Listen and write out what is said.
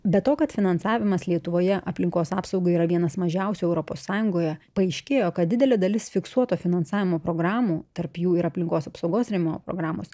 be to kad finansavimas lietuvoje aplinkos apsaugai yra vienas mažiausių europos sąjungoje paaiškėjo kad didelė dalis fiksuoto finansavimo programų tarp jų ir aplinkos apsaugos rėmimo programos